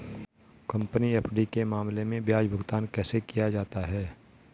Company FD के मामले में ब्याज भुगतान कैसे किया जाता है?